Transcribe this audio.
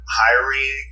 hiring